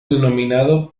denominado